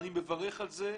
אני מברך על זה,